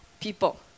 people